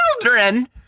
children